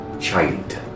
child